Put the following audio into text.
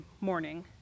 morning